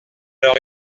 leur